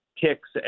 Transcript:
kicks